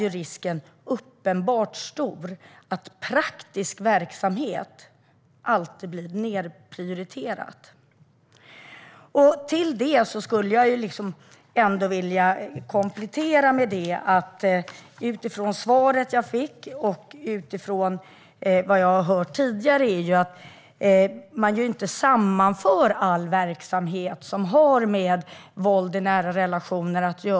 Utifrån svaret jag fick och det jag har hört tidigare skulle jag vilja komplettera med att man inte sammanför all verksamhet som har med våld i nära relationer att göra.